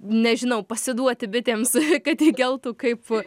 nežinau pasiduoti bitėms kad įgeltų kaip